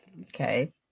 Okay